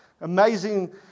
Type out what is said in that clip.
amazing